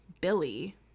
billy